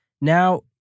Now